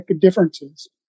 differences